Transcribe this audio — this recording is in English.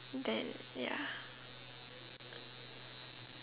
then ya